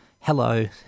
Hello